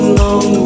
long